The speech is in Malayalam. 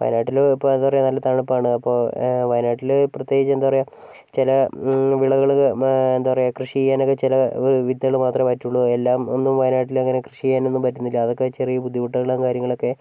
വയനാട്ടിൽ ഇപ്പോൾ എന്താ പറയാ നല്ല തണുപ്പാണ് അപ്പോൾ വയനാട്ടിൽ പ്രത്യേകിച്ച് എന്താ പറയാ ചില എന്താ പറയാ വിളകൾ എന്താ പറയാ കൃഷി ചെയ്യാനൊക്കെ ചില വിത്തുകൾ മാത്രമേ പറ്റുള്ളൂ എല്ലാം ഒന്നും വയനാട്ടിൽ അങ്ങനെ കൃഷി ചെയ്യാനൊന്നും പറ്റുന്നില്ല അതൊക്കെ ചെറിയ ബുദ്ധിമുട്ടുകളും കാര്യങ്ങളൊക്കെ